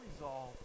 resolve